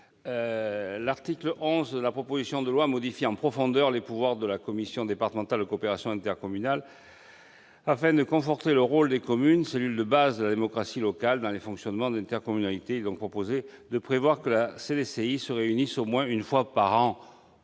L'article 11 de la proposition de loi modifie en profondeur les pouvoirs de la commission départementale de la coopération intercommunale. Afin de conforter le rôle des communes, qui constituent la cellule de base de la démocratie locale, dans le fonctionnement de l'intercommunalité, nous proposons de prévoir que la CDCI se réunit au moins une fois par an.